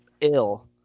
ill